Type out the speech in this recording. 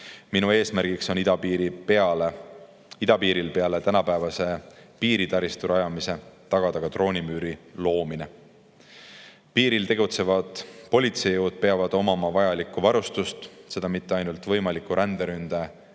Minu eesmärk on peale tänapäevase piiritaristu rajamise tagada idapiiril droonimüüri loomine. Piiril tegutsevad politseijõud peavad omama vajalikku varustust, ja seda mitte ainult võimaliku ränderünde